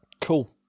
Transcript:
Cool